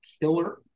killer